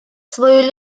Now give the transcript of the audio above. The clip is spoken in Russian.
свою